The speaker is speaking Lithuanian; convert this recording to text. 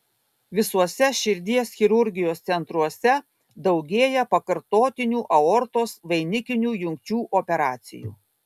visuose širdies chirurgijos centruose daugėja pakartotinių aortos vainikinių jungčių operacijų